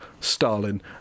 Stalin